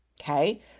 Okay